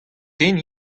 ken